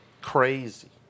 Crazy